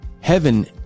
heaven